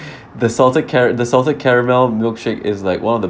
the salted cara~ the salted caramel milkshake is like one of the